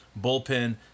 bullpen